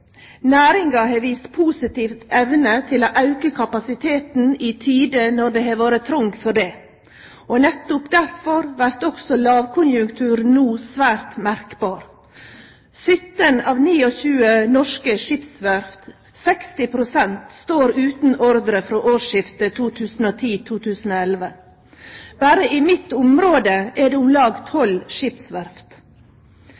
Næringa har vist positiv evne til å auke kapasiteten i tider då det har vore trong for det, og nettopp difor vert også lågkonjunkturen no svært merkbar. 17 av 29 norske skipsverft, 60 pst., står utan ordre frå årsskiftet 2010/2011. Berre i mitt område er det om lag